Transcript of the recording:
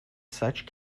such